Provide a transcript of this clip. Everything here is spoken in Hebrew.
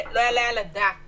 לא יעלה על הדעת